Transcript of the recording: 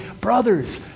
Brothers